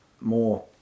more